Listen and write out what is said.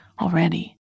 already